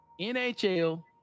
NHL